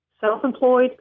Self-employed